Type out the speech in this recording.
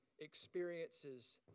experiences